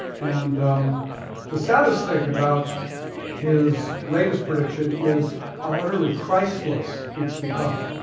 and um the saddest thing about his latest prediction is how utterly christless it's become.